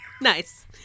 Nice